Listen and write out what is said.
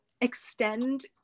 extend